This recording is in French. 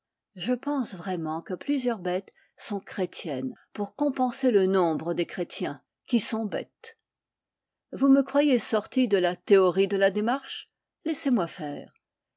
je pense vraiment que plusieurs bêtes sont chrétiennes pour compenser le nombre des chrétiens qui sont bêtes vous me croyez sorti de la théorie de la démarche laissez-moi faire